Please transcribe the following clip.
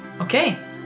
Okay